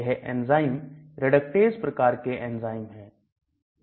यह enzyme reductase प्रकार के एंजाइम है